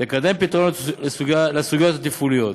לקדם פתרונות לסוגיות התפעוליות,